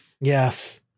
yes